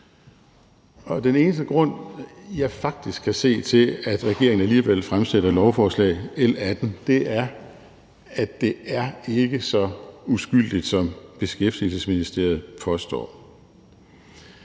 Den eneste grund, jeg faktisk kan se, til, at regeringen alligevel fremsætter lovforslag L 18, er, at det ikke er så uskyldigt, som Beskæftigelsesministeriet påstår.